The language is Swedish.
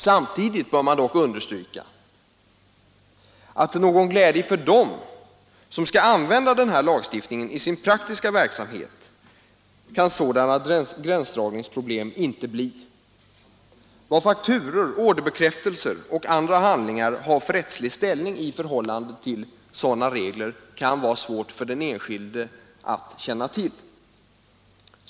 Samtidigt bör man dock understryka att till någon glädje för dem som skall använda lagstiftningen i sin praktiska verksamhet kan knappast sådana gränsdragningsproblem bli. Vilken rättslig ställning fakturor, orderbekräftelser och andra handlingar har i förhållande till sådana regler kan vara svårt för den enskilde att känna till.